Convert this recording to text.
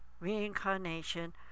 reincarnation